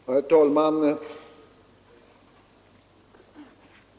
Herr talman!